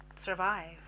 survive